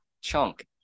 Chunk